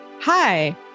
Hi